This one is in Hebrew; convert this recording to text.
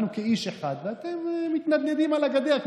אנחנו כאיש אחד, ואתם מתנדנדים על הגדר.